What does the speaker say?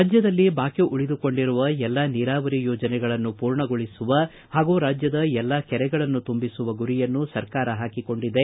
ರಾಜ್ಯದಲ್ಲಿ ಬಾಕಿ ಉಳಿದುಕೊಂಡಿರುವ ಎಲ್ಲ ನೀರಾವರಿ ಯೋಜನೆಗಳನ್ನು ಪೂರ್ಣಗೊಳಿಸುವ ಹಾಗೂ ರಾಜ್ಯದ ಎಲ್ಲ ಕೆರೆಗಳನ್ನು ತುಂಬಿಸುವ ಗುರಿಯನ್ನು ಸರಕಾರ ಹಾಕಿಕೊಂಡಿದೆ